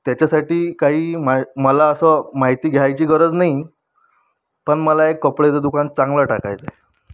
त्याच्यासाठी काही म मला असं माहिती घ्यायची गरज नाही पण मला एक कपड्याचं दुकान चांगलं टाकायचं आहे